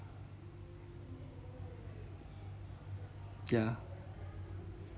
ya